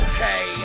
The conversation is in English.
Okay